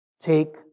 take